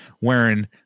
wearing